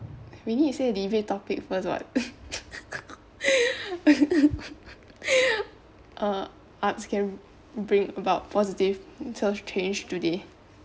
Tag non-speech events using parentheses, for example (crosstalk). we need to say debate topic first [what] (laughs) uh arts can bring about positive social change today